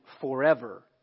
forever